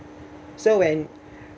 so when